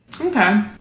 Okay